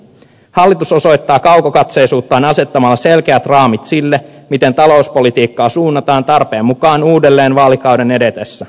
hallitus osoittaa kaukokatseisuuttaan asettamalla selkeät raamit sille miten talouspolitiikkaa suunnataan tarpeen mukaan uudelleen vaalikauden edetessä